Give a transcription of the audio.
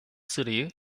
sırayı